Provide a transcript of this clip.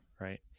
Right